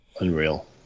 Unreal